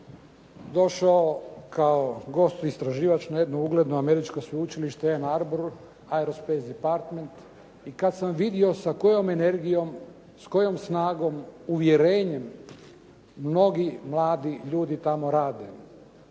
došao kao gost istraživač na jedno ugledno Američko sveučilište "Enarbour AeroSpace Department" i kad sam vidio sa kojom energijom, s kojom snagom, uvjerenjem mnogi mladi ljudi tamo rade.